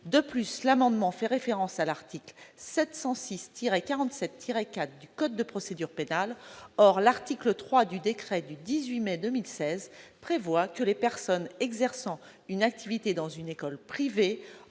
De plus, l'amendement fait référence à l'article 706-47-4 du code de procédure pénale. Or l'article 3 du décret du 18 mai 2016 prévoit déjà que les personnes exerçant une activité dans une école privée